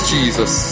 Jesus